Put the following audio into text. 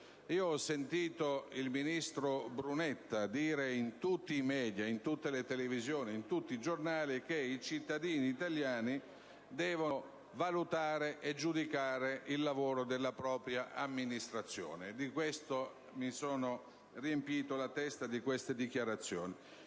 Ho sentito il ministro Brunetta affermare in tutti i programmi televisivi e in tutti i giornali che i cittadini italiani devono valutare e giudicare il lavoro della propria Amministrazione. Mi sono riempito la testa di queste dichiarazioni.